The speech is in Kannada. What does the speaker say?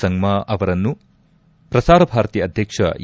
ಸಂಗ್ನಾ ಅವರನ್ನು ಪ್ರಸಾರಭಾರತಿ ಅಧ್ವಕ್ಷ ಎ